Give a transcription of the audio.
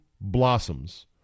blossoms